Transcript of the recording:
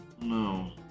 no